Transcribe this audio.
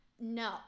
No